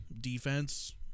defense